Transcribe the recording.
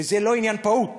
זה לא עניין פעוט,